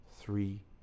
three